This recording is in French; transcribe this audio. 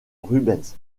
rubens